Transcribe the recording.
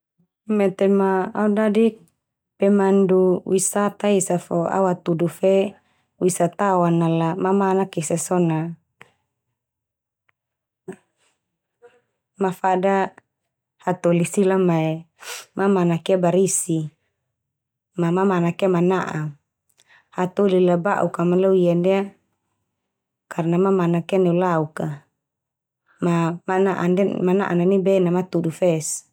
Mete ma au dadik pemandu wisata esa fo au atudu fe wisatawan ala mamanak esa so na, mafada hatoli sila mae mamanak ia barisi. Ma mamanak ia mana'a. Hatoli la ba'uk ka mai lo ia ndia karna mamanak ia neulauk ka ma mana'an ndia mana'a na nai be na matudu fes.